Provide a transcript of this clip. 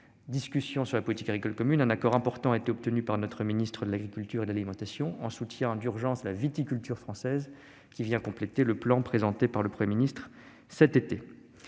discussion sur la PAC, un accord important a été obtenu par notre ministre de l'agriculture et de l'alimentation pour un soutien d'urgence à la viticulture française. Il vient compléter le plan présenté par le Premier ministre l'été